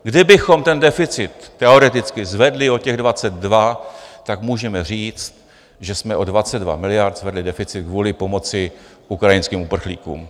Kdybychom ten deficit teoreticky zvedli o těch 22, tak můžeme říct, že jsme o 22 miliard zvedli deficit kvůli pomoci ukrajinským uprchlíkům.